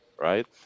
Right